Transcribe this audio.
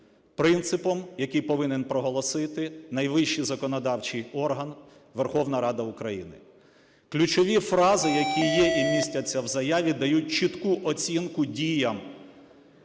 принципом, який повинен проголосити найвищих законодавчий орган – Верховна Рада України. Ключові фрази, які є і містяться в заяві, дають чітку оцінку діям